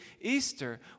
Easter